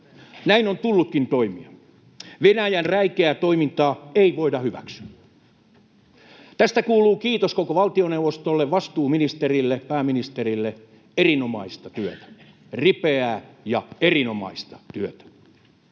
Näin on tullutkin toimia. Venäjän räikeää toimintaa ei voida hyväksyä. Tästä kuuluu kiitos koko valtioneuvostolle, vastuuministerille, pääministerille: erinomaista työtä, ripeää ja erinomaista työtä.